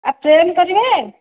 ଆଉ ଫ୍ରେମ୍ କରିବେ